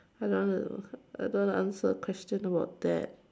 I don't want to I don't want to answer questions about that